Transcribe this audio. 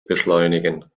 beschleunigen